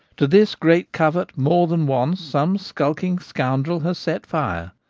to this great covert more than once some skulking scoundrel has set fire,